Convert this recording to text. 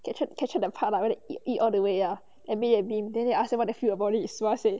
captured captured the part lah where they eat all the way ya air B N B then they ask you what you feel about sua said